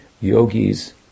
yogis